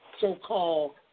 so-called